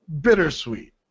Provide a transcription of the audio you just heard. bittersweet